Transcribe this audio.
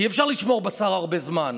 כי אי-אפשר לשמור בשר הרבה זמן.